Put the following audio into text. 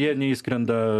jie neišskrenda